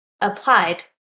applied